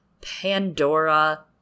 Pandora